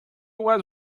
was